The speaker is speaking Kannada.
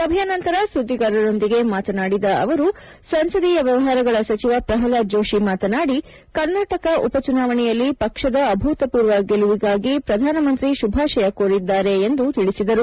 ಸಭೆಯ ನಂತರ ಸುದ್ದಿಗಾರರೊಂದಿಗೆ ಮಾತನಾಡಿದ ಸಂಸದೀಯ ವ್ಯವಹಾರಗಳ ಸಚಿವ ಪ್ರಹ್ಲಾದ್ ಜೋಷಿ ಕರ್ನಾಟಕ ಉಪಚುನಾವಣೆಯಲ್ಲಿ ಪಕ್ಷದ ಅಭೂತಪೂರ್ವ ಗೆಲುವಿಗಾಗಿ ಪ್ರಧಾನಮಂತ್ರಿ ಶುಭಾಶಯ ಕೋರಿದ್ದಾರೆಂದು ತಿಳಿಸಿದರು